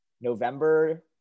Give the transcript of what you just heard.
November